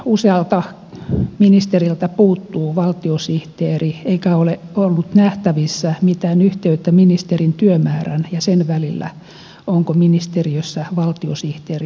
kuitenkin usealta ministeriltä puuttuu valtiosihteeri eikä ole ollut nähtävissä mitään yhteyttä ministerin työmäärän ja sen välillä onko ministeriössä valtiosihteeri vai ei